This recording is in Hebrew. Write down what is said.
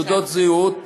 תעודות זהות,